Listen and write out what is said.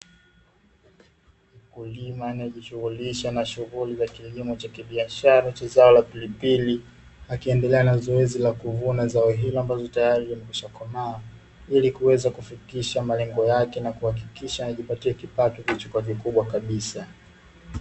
Mkulima anayejishughulisha na kilimo cha shughuli za kibiashara cha zao la pilipili, akiendelea na zoezi la kuvuna zao hili, ambalo limekwisha komaa ili kuweza kufikisha malengo yake na kuhakikisha anajipatia kipato kilichokuwa kikubwa kabisa.